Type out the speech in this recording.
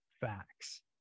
facts